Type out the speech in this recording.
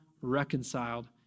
reconciled